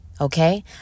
Okay